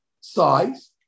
size